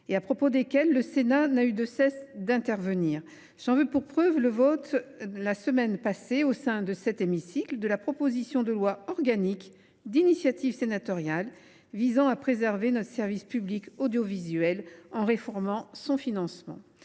et à propos desquels le Sénat n’a de cesse d’intervenir. J’en veux pour preuve le vote, la semaine dernière, dans cet hémicycle, de la proposition de loi organique d’initiative sénatoriale visant à préserver notre service public audiovisuel en réformant son financement.